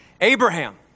Abraham